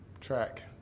track